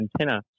antenna